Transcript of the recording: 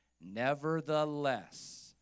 Nevertheless